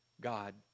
God